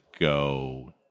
go